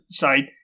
side